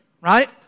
right